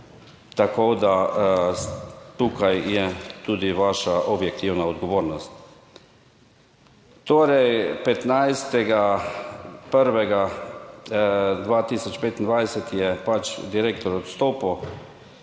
tako da tukaj je tudi vaša objektivna odgovornost. Torej 15. 1. 2025 je pač direktor odstopil,